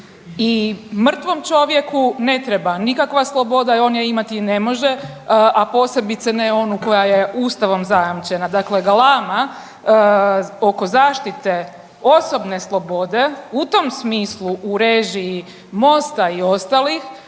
I mrtvom čovjeku ne treba nikakva sloboda i on je imati ne može, a posebice ne onu koja je Ustavom zajamčena. Dakle, galama oko zaštite osobne slobode u tom smislu u režiji Mosta i ostalih